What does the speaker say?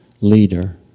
leader